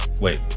wait